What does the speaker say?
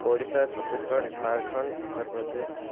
Odisha Chhattisgarh Jharkhand Uttar Pradesh